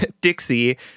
Dixie